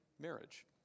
marriage